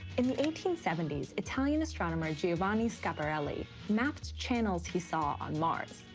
in the eighteen seventy s, italian astronomer giovanni schiaparelli mapped channels he saw on mars.